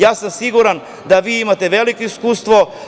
Ja sam siguran da vi imate veliko iskustvo.